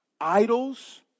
Idols